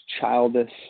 childish